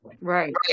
Right